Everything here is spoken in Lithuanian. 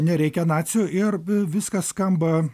nereikia nacių ir viskas skamba